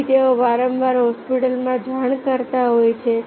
તેથી તેઓ વારંવાર હોસ્પિટલોમાં જાણ કરતા હોય છે